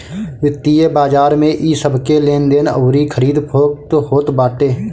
वित्तीय बाजार में इ सबके लेनदेन अउरी खरीद फोक्त होत बाटे